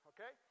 Okay